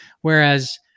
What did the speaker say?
Whereas